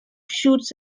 shoots